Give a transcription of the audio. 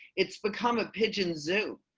it's become a pigeon zoo.